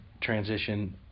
transition